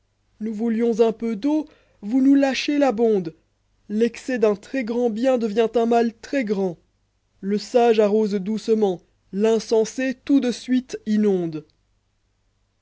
nous voulions un peu d'eau vous nous lâchez la bonde l'excès d'un très grand bien devient un maj très grand le sage arrose doucement l'insensé tout de suite inonde